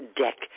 deck